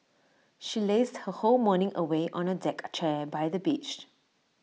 she lazed her whole morning away on A deck chair by the beach